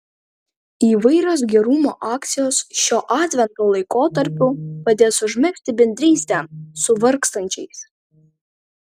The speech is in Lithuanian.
įvairios gerumo akcijos šiuo advento laikotarpiu padės užmegzti bendrystę su vargstančiais